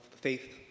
faith